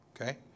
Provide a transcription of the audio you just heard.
Okay